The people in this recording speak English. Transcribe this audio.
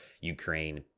Ukraine